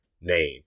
name